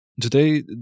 today